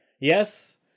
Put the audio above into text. Yes